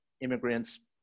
immigrants